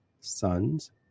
sons